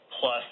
plus